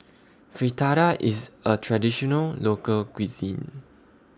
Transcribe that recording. Fritada IS A Traditional Local Cuisine